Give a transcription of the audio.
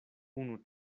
unu